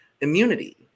immunity